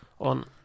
on